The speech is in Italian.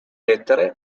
lettere